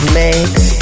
makes